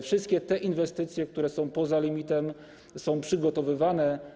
Wszystkie te inwestycje, które są poza limitem, są przygotowywane.